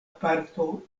parto